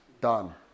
done